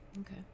okay